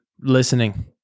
listening